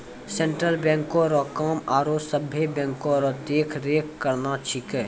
central बैंको रो काम आरो सभे बैंको रो देख रेख करना छिकै